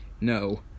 No